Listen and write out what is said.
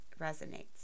resonates